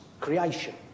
creation